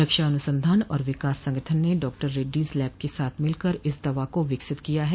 रक्षा अनुसंधान और विकास संगठन ने डॉक्टर रेड्डीज लैब के साथ मिलकर इस दवा को विकसित किया है